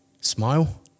smile